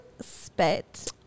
spit